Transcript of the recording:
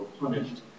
punished